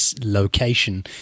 location